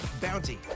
Bounty